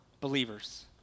believers